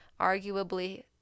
arguably